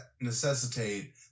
necessitate